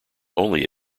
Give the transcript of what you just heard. only